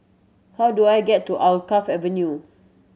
how do I get to Alkaff Avenue